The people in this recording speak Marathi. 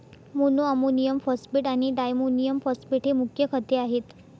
मोनोअमोनियम फॉस्फेट आणि डायमोनियम फॉस्फेट ही मुख्य खते आहेत